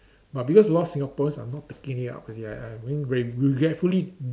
but because a lot of Singaporeans are not taking it up you see I I mean grate~ regretfully